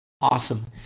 Awesome